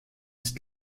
ist